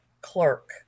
clerk